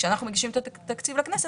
כאשר אנחנו מגישים את התקציב לכנסת,